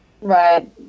Right